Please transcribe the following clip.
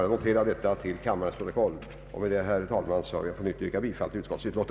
Jag ber att få yrka bifall till utskottets hemställan. med det som vi